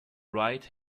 right